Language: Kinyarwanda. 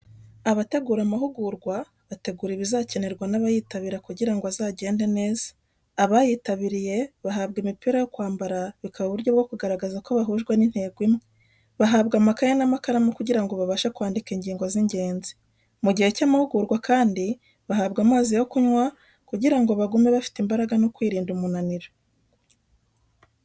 Abategura amahugurwa bategura ibizakenerwa n'abayitabiriye kugira ngo azagende neza. Abayitabiriye bahabwa imipira yo kwambara, bikaba uburyo bwo kugaragaza ko bahujwe n'intego imwe. Bahabwa amakayi n'amakaramu kugira ngo babashe kwandika ingingo z'ingenzi. Mu gihe cy'amahugurwa kandi bahabwa amazi yo kunywa, kugira ngo bagume bafite imbaraga no kwirinda umunaniro.